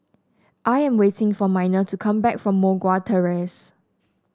I am waiting for Miner to come back from Moh Guan Terrace